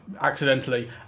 accidentally